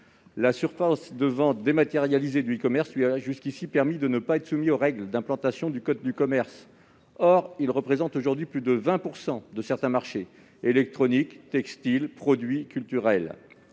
la surface de vente dématérialisée du e-commerce lui a permis de ne pas être soumis aux règles d'implantation du code de commerce. Or il représente aujourd'hui plus de 20 % dans certains secteurs, tels l'électronique, le textile ou les produits culturels.